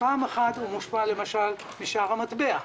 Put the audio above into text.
הוא מושפע למשל משער המטבע.